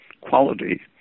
quality